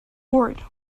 ohrid